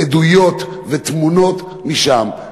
עדויות ותמונות משם.